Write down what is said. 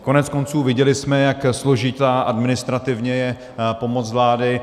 Koneckonců viděli jsme, jak složitá administrativně je pomoc vlády.